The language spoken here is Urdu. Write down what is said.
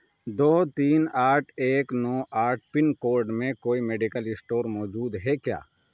دو تین آٹھ ایک نو آٹھ پن کوڈ میں کوئی میڈیکل اسٹور موجود ہے کیا